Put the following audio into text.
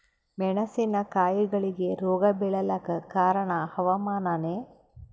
ಮೆಣಸಿನ ಕಾಯಿಗಳಿಗಿ ರೋಗ ಬಿಳಲಾಕ ಕಾರಣ ಹವಾಮಾನನೇ?